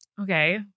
Okay